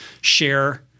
share